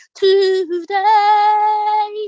today